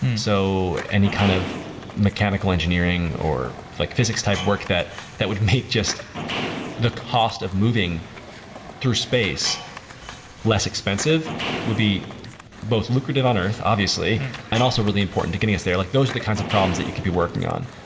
and so any kind of mechanical engineering or like physics type work that that would make just the cost of moving through space less expensive would be both lucrative on earth, obviously, and also really important to getting us there. like those are the kinds of problems that you could be working on.